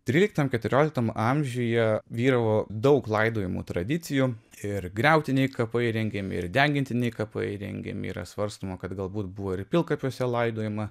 tryliktame keturioliktame amžiuje vyravo daug laidojimo tradicijų ir griautiniai kapai įrengiami ir degintiniai kapai įrengiami yra svarstoma kad galbūt buvo ir pilkapiuose laidojama